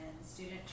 student